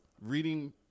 reading